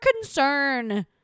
concern